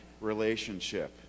relationship